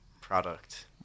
product